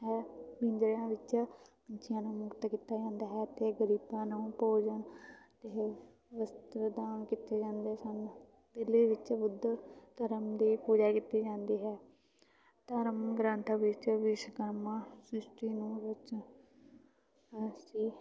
ਹੈ ਪਿੰਜਰਿਆਂ ਵਿੱਚ ਪੰਛੀਆਂ ਨੂੰ ਮੁਕਤ ਕੀਤਾ ਜਾਂਦਾ ਹੈ ਅਤੇ ਗਰੀਬਾਂ ਨੂੰ ਭੋਜਨ ਅਤੇ ਵਸਤੂ ਦਾਨ ਕੀਤੇ ਜਾਂਦੇ ਸਨ ਦਿੱਲੀ ਵਿੱਚ ਬੁੱਧ ਧਰਮ ਦੀ ਪੂਜਾ ਕੀਤੀ ਜਾਂਦੀ ਹੈ ਧਰਮ ਗ੍ਰੰਥ ਵਿੱਚ ਵਿਸ਼ਵਕਰਮਾ ਸ੍ਰਿਸ਼ਟੀ ਨੂੰ ਰਚ